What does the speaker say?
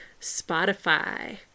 Spotify